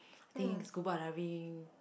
I think scuba diving